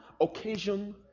occasion